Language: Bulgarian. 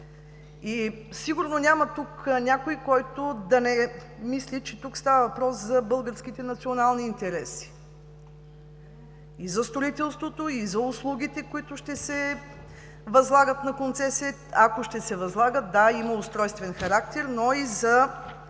Сигурно няма тук някой, който да не мисли, че става въпрос за българските национални интереси – и за строителството, и за услугите, които ще се възлагат на концесия. Ако ще се възлагат, да, има устройствен характер, но и за